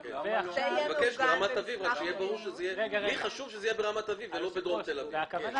לי חשוב שזה יהיה ברמת אביב, לא בדרום תל אביב.